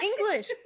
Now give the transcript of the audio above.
English